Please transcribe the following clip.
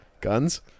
Guns